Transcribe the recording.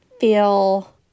feel